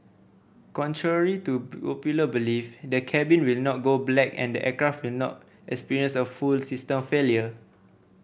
contrary to popular belief the cabin will not go black and the aircraft will not experience a full system failure